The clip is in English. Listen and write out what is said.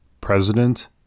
president